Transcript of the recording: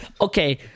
Okay